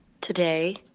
Today